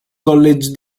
college